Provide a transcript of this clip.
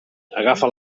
agafa